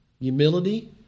humility